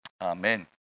Amen